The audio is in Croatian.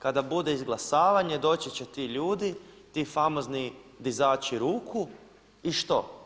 Kada bude izglasavanje doći će ti ljudi, ti famozni dizači ruku i što?